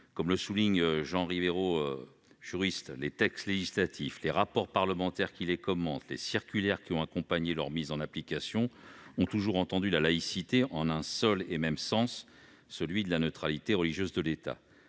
Comme le souligne le juriste Jean Rivero, « Les textes législatifs, les rapports parlementaires qui les commentent, les circulaires qui ont accompagné leur mise en application ont toujours entendu la laïcité en un seul et même sens, celui de la neutralité religieuse de l'État.